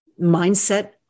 mindset